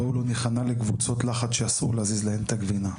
בואו לא נכנע לקבוצות לחץ שאסור להזיז להם את הגבינה.